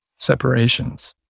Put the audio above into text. Separations